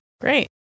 Great